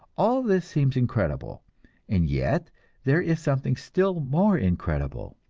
all this seems incredible and yet there is something still more incredible.